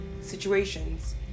situations